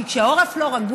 כי כשהעורף לא רגוע,